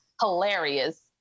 hilarious